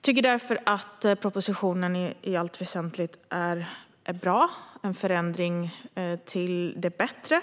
tycker därför att propositionen i allt väsentligt är bra, en förändring till det bättre.